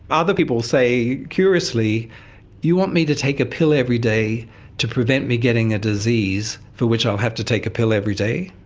other people say, curiously you want me to take a pill every day to prevent me from getting a disease for which i'll have to take a pill every day?